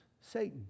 Satan